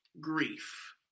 grief